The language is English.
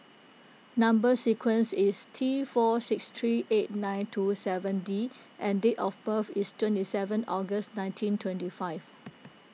Number Sequence is T four six three eight nine two seven D and date of birth is twenty seven August nineteen twenty five